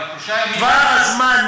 אבל שלושה ימים, טווח הזמן.